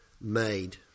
made